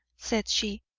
said she,